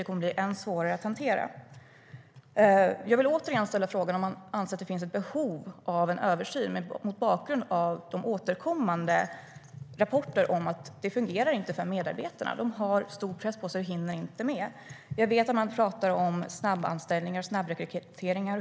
Det kommer att bli ännu svårare att hantera. Jag vill återigen ställa frågan om man anser att det finns ett behov av en översyn mot bakgrund av de återkommande rapporterna om att det inte fungerar för medarbetarna. De har stor press på sig, och de hinner inte med. Jag vet att man talar om snabbanställningar och snabbrekryteringar.